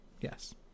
Yes